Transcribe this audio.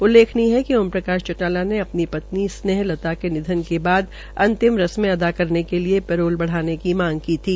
उल्लेखनीय है कि ओम प्रकाश चोटाला ने अपनी पत्नी स्नेहलता के निधन के बाद अंतिम रस्मे अदा करने के लिए पेरोल बढ़ाने की मांग की थी